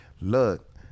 Look